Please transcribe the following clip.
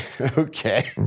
okay